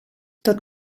tot